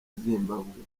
zimbabwe